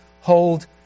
hold